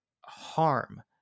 harm